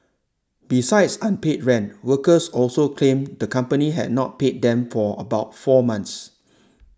besides unpaid rent workers also claimed the company had not paid them for about four months